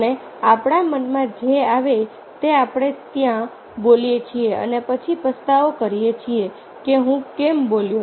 અને આપણા મનમાં જે આવે તે આપણે ત્યાં બોલીએ છીએ અને પછી પસ્તાવો કરીએ છીએ કે હું કેમ બોલ્યો